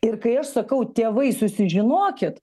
ir kai aš sakau tėvai susižinokit